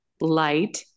light